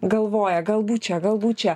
galvoja galbūt čia galbūt čia